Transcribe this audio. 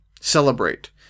celebrate